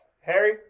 Harry